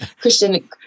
Christian